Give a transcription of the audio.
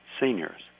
seniors